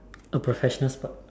a professional sport